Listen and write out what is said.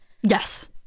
yes